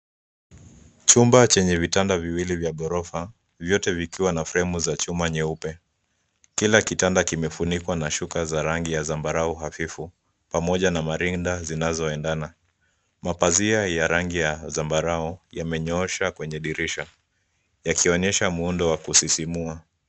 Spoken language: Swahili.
Chumba chenye vitanda viwili vya gorofa, vyote vikawa na fremu za chuma nyeupe; kila kitanda kimefunikwa na shuka za rangi ya zambarau hafifu, pamoja na marinda zinazoendana. Mapazia ya rangi ya zambarau yamenyooshwa kwenye dirisha yakionyesha muundo wa kusisimua